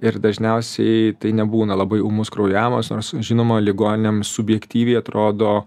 ir dažniausiai tai nebūna labai ūmus kraujavimas nors žinoma ligoniams subjektyviai atrodo